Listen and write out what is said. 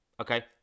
okay